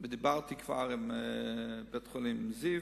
דיברתי כבר עם בית-חולים "זיו"